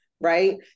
right